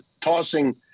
tossing